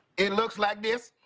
it looks like this.